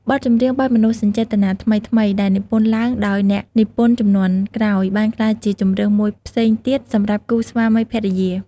បទចម្រៀងបែបមនោសញ្ចេតនាថ្មីៗ ដែលនិពន្ធឡើងដោយអ្នកនិពន្ធជំនាន់ក្រោយ បានក្លាយជាជម្រើសមួយផ្សេងទៀតសម្រាប់គូស្វាមីភរិយា។